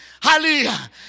Hallelujah